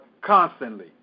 constantly